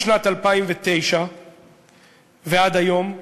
משנת 2009 ועד היום,